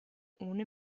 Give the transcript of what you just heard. ohne